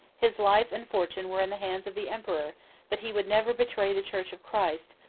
his life and fortune were in the hands of the emperor but he would never betray the church of christ,